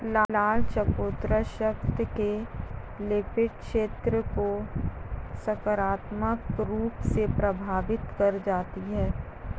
लाल चकोतरा रक्त के लिपिड स्तर को सकारात्मक रूप से प्रभावित कर जाते हैं